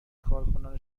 کارکنان